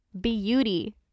Beauty